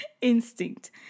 instinct